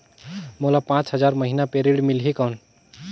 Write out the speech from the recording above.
मोला पांच हजार महीना पे ऋण मिलही कौन?